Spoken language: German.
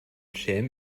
schelm